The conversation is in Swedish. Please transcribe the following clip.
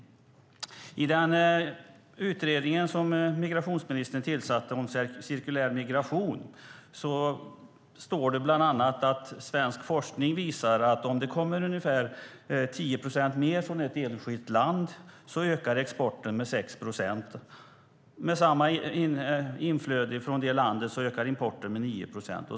När det gäller den utredning som migrationsministern tillsatte om cirkulär migration står det bland annat att svensk forskning visar att om det kommer ungefär 10 procent mer från ett enskilt land ökar exporten med 6 procent. Med samma inflöde från det landet ökar importen med 9 procent.